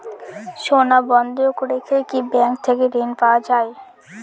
সোনা বন্ধক রেখে কি ব্যাংক থেকে ঋণ পাওয়া য়ায়?